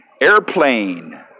Airplane